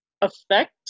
affect